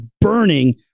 burning